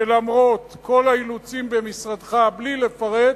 שלמרות כל האילוצים במשרדך, בלי לפרט,